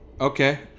Okay